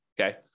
Okay